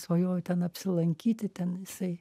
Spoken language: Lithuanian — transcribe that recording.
svajoju ten apsilankyti ten jisai